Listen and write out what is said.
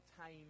time